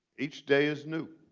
each day is new.